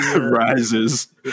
rises